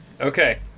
okay